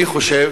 אני חושב